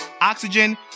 Oxygen